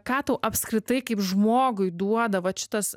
ką tu apskritai kaip žmogui duoda vat šitas